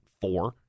Four